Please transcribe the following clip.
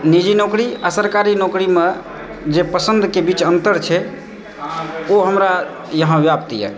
निजी नौकरी आ सरकारी नौकरीमे जे पसन्दके बीच अन्तर छै ओ हमरा यहाँ व्याप्त यऽ